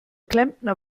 klempner